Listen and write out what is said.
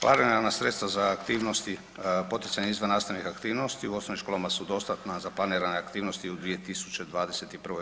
Planirana sredstva za aktivnosti poticanje izvannastavnih aktivnosti u osnovnim školama su dostatna za planirane aktivnosti u 2021.